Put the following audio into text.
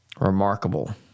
Remarkable